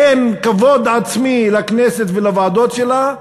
אין כבוד עצמי לכנסת ולוועדות שלה,